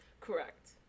Correct